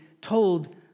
told